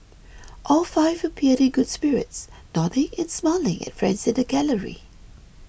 all five appeared in good spirits nodding and smiling at friends in gallery